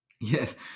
Yes